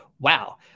Wow